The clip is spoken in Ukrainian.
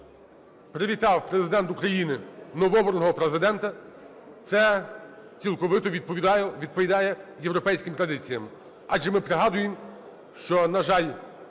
привітав Президент України новообраного Президента, це цілковито відповідає європейським традиціям. Адже ми пригадуємо, що, на жаль,